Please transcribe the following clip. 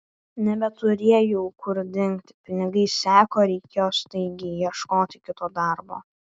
nebeturėjau kur dingti pinigai seko reikėjo staigiai ieškoti kito darbo